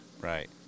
Right